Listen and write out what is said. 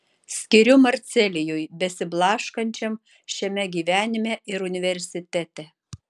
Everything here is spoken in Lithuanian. skiriu marcelijui besiblaškančiam šiame gyvenime ir universitete